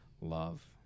love